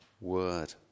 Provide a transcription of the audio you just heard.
word